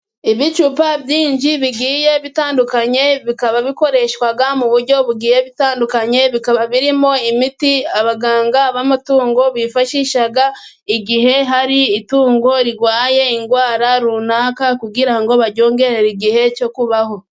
Ibicupa byinshi bigiye bitandukanye, bikaba bikoreshwa mu buryo bugiye butandukanye. Bikaba birimo imiti abaganga b'amatungo bifashisha igihe hari itungo rirwaye indwara runaka, kugira ngo baryongerere igihe cyo kubaho.